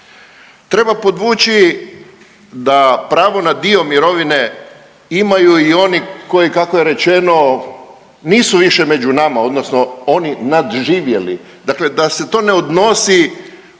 Treba podvući da pravo na dio mirovine imaju i oni koji kako je rečeno nisu više među nama odnosno oni nadživjeli, dakle da se to ne odnosi